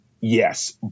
Yes